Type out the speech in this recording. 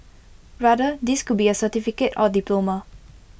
rather this could be A certificate or diploma